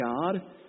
God